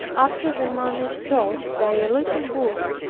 after the manner taught by a little book,